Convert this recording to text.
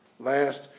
Last